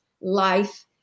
life